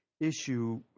issue